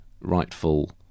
rightful